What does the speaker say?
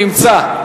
נמצא.